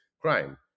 crime